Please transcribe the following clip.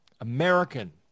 American